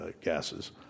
gases